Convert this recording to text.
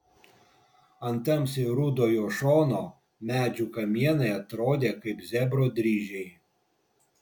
ant tamsiai rudo jo šono medžių kamienai atrodė kaip zebro dryžiai